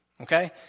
Okay